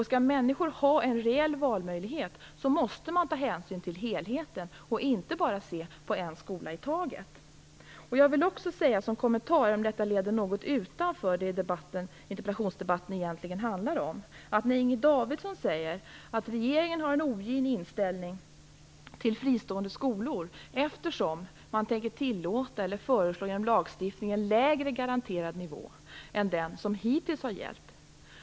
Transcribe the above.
Skall människor ha en reell valmöjlighet måste man ta hänsyn till helheten och inte bara se på en skola i taget. Jag vill också, även om detta leder något utanför det interpellationsdebatten egentligen handlar om, kommentera det Inger Davidson säger om att regeringen har en ogin inställning till fristående skolor, eftersom man genom lagstiftning tänker föreslå en lägre garanterad nivå än den som hittills har gällt.